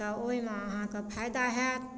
तऽओइमे अहाँके फायदा होयत